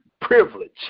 privilege